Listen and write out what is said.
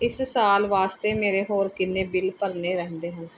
ਇਸ ਸਾਲ ਵਾਸਤੇ ਮੇਰੇ ਹੋਰ ਕਿੰਨੇ ਬਿਲ ਭਰਨੇ ਰਹਿੰਦੇ ਹਨ